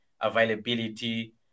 availability